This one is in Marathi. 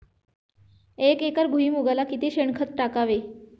एक एकर भुईमुगाला किती शेणखत टाकावे?